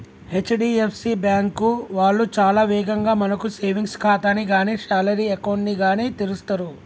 HDFC bank వాళ్ళు చాలా వేగంగా మనకు సేవింగ్స్ ఖాతాని గానీ శాలరీ అకౌంట్ ని గానీ తెరుస్తరు